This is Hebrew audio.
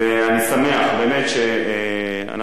ואני שמח באמת שאנחנו,